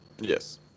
Yes